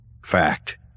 Fact